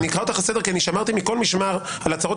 אני אקרא אותך לסדר כי אני שמרתי מכל משמר על הצהרות